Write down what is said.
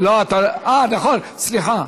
אה, נכון, סליחה.